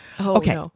Okay